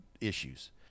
issues